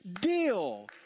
deal